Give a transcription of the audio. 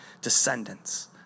descendants